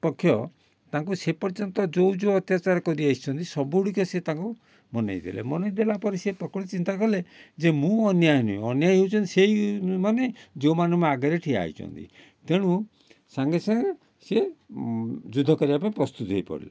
ପକ୍ଷ ତାଙ୍କୁ ସେପର୍ଯ୍ୟନ୍ତ ଯେଉଁ ଯେଉଁ ଅତ୍ୟାଚାର କରି ଆସିଛନ୍ତି ସବୁଗୁଡ଼ିକ ସେ ତାଙ୍କୁ ମନେଇଦେଲେ ମନେଇଦେଲା ପରେ ସିଏ ପ୍ରକୃତରେ ଚିନ୍ତା କଲେ ଯେ ମୁଁ ଅନ୍ୟାୟୀ ନୁହେଁ ଅନ୍ୟାୟୀ ହେଉଛନ୍ତି ସେହିମାନେ ଯେଉଁମାନେ ମୋ ଆଗରେ ଠିଆ ହେଇଛନ୍ତି ତେଣୁ ସାଙ୍ଗେ ସାଙ୍ଗେ ସିଏ ଯୁଦ୍ଧ କରିବା ପାଇଁ ପ୍ରସ୍ତୁତ ହେଇପଡ଼ିଲେ